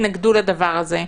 התנגדו לדבר הזה.